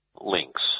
links